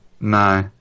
No